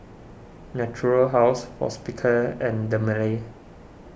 Natura House Hospicare and Dermale